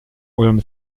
ulm